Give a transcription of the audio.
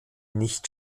nicht